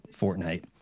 Fortnite